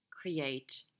create